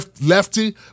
lefty